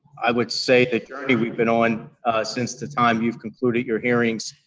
i would say the journey we've been on since the time you've concluded your hearings,